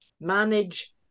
manage